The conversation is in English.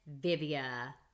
Vivia